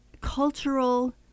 cultural